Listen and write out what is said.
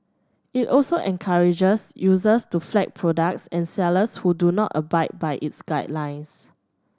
it also encourages users to flag products and sellers who do not abide by its guidelines